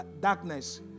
darkness